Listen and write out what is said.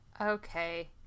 Okay